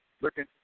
looking